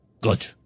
Good